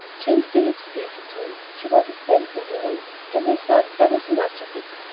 jane phillips gave it to me she was a sampson, you know and i thought ever so much of it.